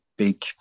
big